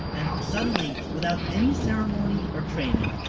and suddenly, without any ceremony or training,